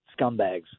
scumbags